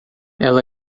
ela